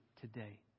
today